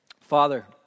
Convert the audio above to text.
Father